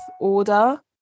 order